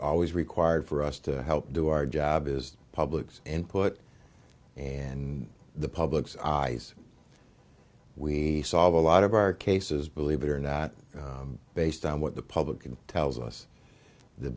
always required for us to help do our job is public's input and the public's eyes we solve a lot of our cases believe it or not based on what the public can tells us the